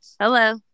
Hello